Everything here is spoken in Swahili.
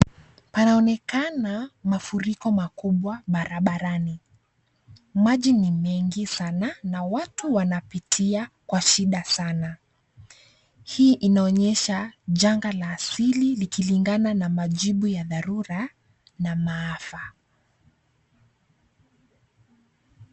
Panaonkeana mafuriko makubwa barabarani. Maji ni mengi sana na watu wanapitia kwa shida sana. Hii inaonyesha janga la asili likilingana na majibu ya dharura na maafa.